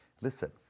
Listen